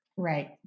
Right